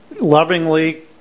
lovingly